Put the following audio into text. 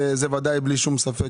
זה בלי שום ספק,